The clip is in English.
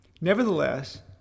Nevertheless